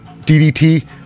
DDT